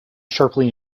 sharply